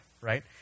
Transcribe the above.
right